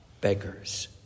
beggars